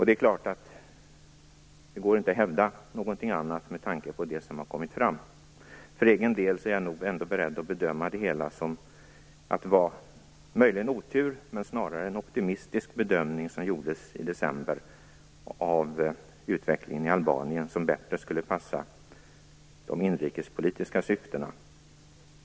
Det är klart att det inte går att hävda någonting annat med tanke på det som har kommit fram. För egen del är jag nog ändå beredd att bedöma det hela som att det möjligen var otur, men att det snarare gjordes en optimistisk bedömning i december av utvecklingen i Albanien, som bättre skulle passa de inrikespolitiska syftena.